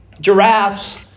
giraffes